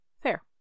fair